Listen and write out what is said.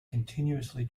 continuously